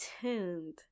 tuned